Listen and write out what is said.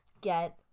get